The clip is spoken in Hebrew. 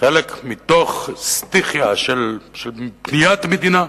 חלק מתוך סטיכיה של בניית מדינה,